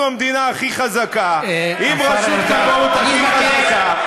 אנחנו המדינה הכי חזקה, זה לא נכון.